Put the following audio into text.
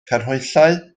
canhwyllau